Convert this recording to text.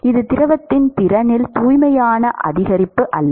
இது திரவத்தின் திறனில் தூய்மையான அதிகரிப்பு அல்ல